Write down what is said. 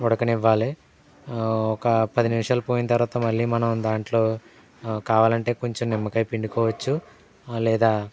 ఉడకనివ్వాలి ఒక పది నిమిషాలు పోయిన తర్వాత మళ్ళీ మనం దాంట్లో కావాలంటే కొంచెం నిమ్మకాయ పిండుకోవచ్చు లేదా